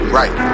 right